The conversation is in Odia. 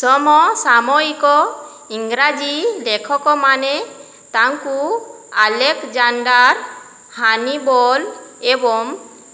ସମ ସାମୟିକ ଇଂରାଜୀ ଲେଖକମାନେ ତାଙ୍କୁ ଆଲେକଜାଣ୍ଡାର୍ ହାନିବୋଲ୍ ଏବଂ